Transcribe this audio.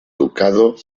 ducado